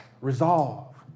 Resolve